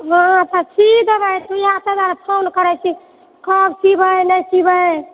हँ तऽ सी देबै सुइया ताहि दुआरे फोन करैत छी कब सिबए नहि सिबए